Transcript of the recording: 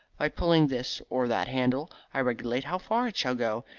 by pulling this or that handle i regulate how far it shall go,